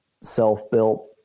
self-built